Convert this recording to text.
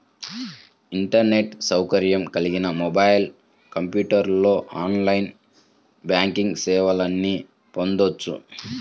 internet సౌకర్యం కలిగిన mobile, కంప్యూటర్లో ఆన్లైన్ బ్యాంకింగ్ సేవల్ని పొందొచ్చు